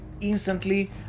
instantly